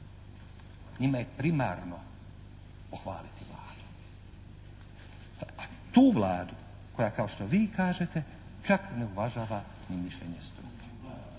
Njima je primarno pohvaliti Vladu. Tu Vladu koja, kao što vi kažete, čak ne uvažava ni mišljenje struke.